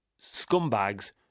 scumbags